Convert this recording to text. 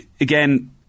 again